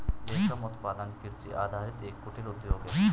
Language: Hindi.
रेशम उत्पादन कृषि आधारित एक कुटीर उद्योग है